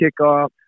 kickoff